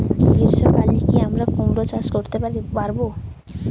গ্রীষ্ম কালে কি আমরা কুমরো চাষ করতে পারবো?